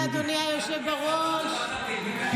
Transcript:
על פי החלטת ועדת האתיקה,